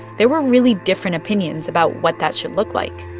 there were really different opinions about what that should look like.